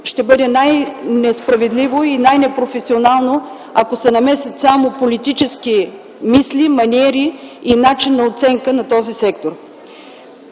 ще бъде най-несправедливо и най-непрофесионално, ако се намесят само политически мисли, маниери и начин на оценка на този сектор.